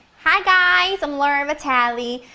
hi guys. i'm laura vitale,